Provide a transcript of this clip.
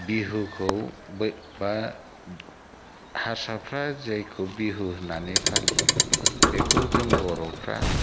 बिहुखौ बा हारसाफ्रा जायखौ बिहु होन्नानै फालियो बेखौ जों बर'फ्रा